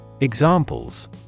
Examples